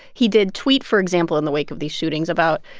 he did tweet, for example, in the wake of these shootings about,